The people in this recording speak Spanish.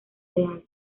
real